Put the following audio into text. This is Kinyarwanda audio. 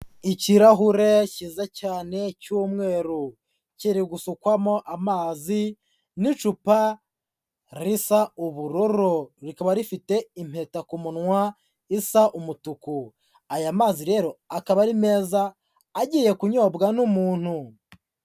Ikirahure cyiza cyane cy'umweru, kiri gusukwamo amazi n'icupa risa ubururu, rikaba rifite impeta ku munwa isa umutuku, aya mazi rero akaba ari meza, agiye kunyobwa n'umuntu.